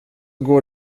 går